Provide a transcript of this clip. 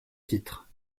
titre